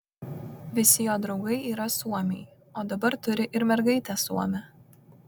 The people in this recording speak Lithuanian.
visi jo draugai yra suomiai o dabar turi ir mergaitę suomę